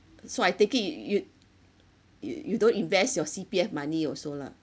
so I take it y~ you you you don't invest your C_P_F money also lah